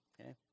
okay